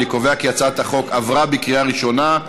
אני קובע כי הצעת החוק עברה בקריאה ראשונה,